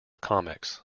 comics